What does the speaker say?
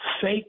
fake